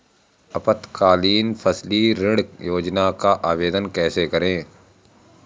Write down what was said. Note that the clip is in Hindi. अल्पकालीन फसली ऋण योजना का आवेदन कैसे करें?